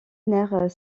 nerf